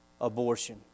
abortion